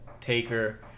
Taker